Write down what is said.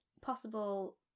possible